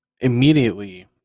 immediately